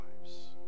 lives